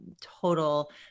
total